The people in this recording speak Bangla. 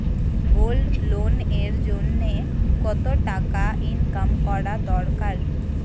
গোল্ড লোন এর জইন্যে কতো টাকা ইনকাম থাকা দরকার?